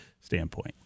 standpoint